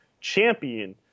champion